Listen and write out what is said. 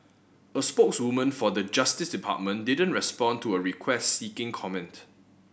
a spokeswoman for the Justice Department didn't respond to a request seeking comment